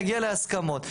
נגיע להסכמות.